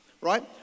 Right